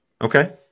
Okay